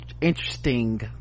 interesting